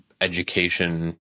education